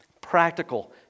practical